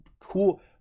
cool